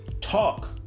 talk